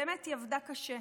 באמת, היא עבדה קשה.